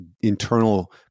internal